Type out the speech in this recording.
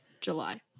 July